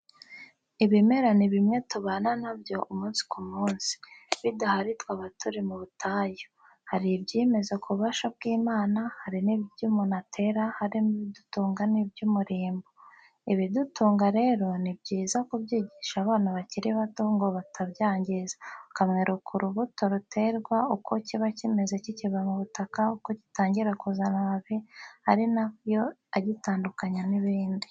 Ibimera ni bimwe tubana na byo umunsi ku munsi. Bidahari twaba turi mu butayu. Hari ibyimeza k'ububasha bw'Imana, hari n'ibyo umuntu atera harimo ibidutunga n'iby'umurimbo. Ibidutunga rero, ni byiza kubyigisha abana bakiri bato ngo batabyangiza. Ukamwereka urubuto ruterwa, uko kiba kimeze kikiva mu butaka, uko gitangira kuzana amababi ari na yo agitandukanya n'ibindi.